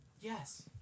Yes